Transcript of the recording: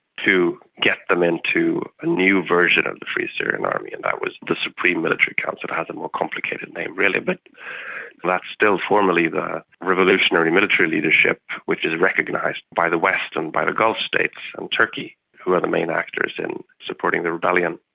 to get them into a new version of the free syrian army, and that was the supreme military council. it has a more complicated name really, but that's still formally the revolutionary military leadership which is recognised by the west and by the gulf states and turkey who are the main actors in supporting the rebellion.